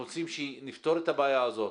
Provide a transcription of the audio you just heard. אנחנו רוצים שנפתור את הבעיה הזאת.